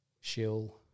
Shill